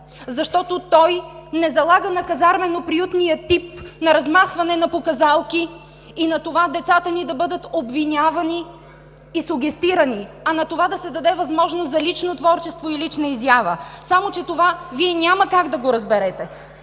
защото не залага на казармено приютния тип на размахване на показалки и на това децата ни да бъдат обвинявани и сугестирани, а на това да се даде възможност за лично творчество и лична изява. Само че това Вие няма как да го разберете.